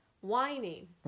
whining